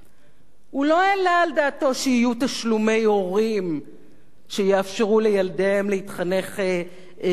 הוא לא העלה על דעתו שיהיו תשלומי הורים שיאפשרו לילדיהם להתחנך בכבוד,